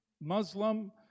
Muslim